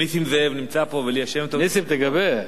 ונסים זאב נמצא פה וליה שמטוב, נסים, תדבר.